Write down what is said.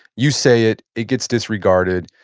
you say it, it gets disregarded,